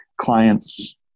clients